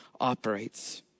operates